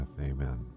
Amen